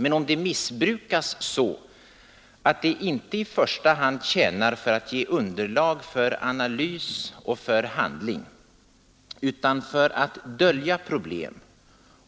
Men om det missbrukas så att det inte i första hand tjänar som underlag för analys och handling utan snarare för att dölja problem